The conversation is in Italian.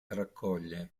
raccoglie